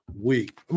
week